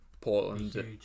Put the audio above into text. Portland